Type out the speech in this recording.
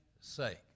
sake